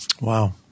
Wow